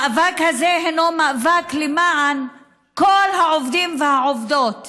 המאבק הזה הינו מאבק למען כל העובדים והעובדות